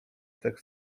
tak